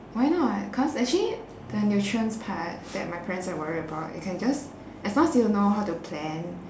why not cause actually the nutrients part that my parents are worried about you can just as long as you know how to plan